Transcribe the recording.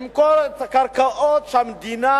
למכור את הקרקעות שהמדינה